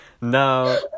No